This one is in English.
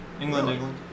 England